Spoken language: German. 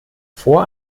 vor